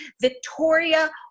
Victoria